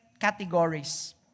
categories